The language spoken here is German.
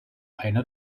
eine